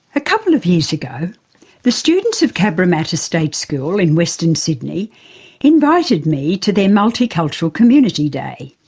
a couple of years ago the students of cabramatta state school in western sydney invited me to their multicultural community day.